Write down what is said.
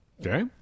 Okay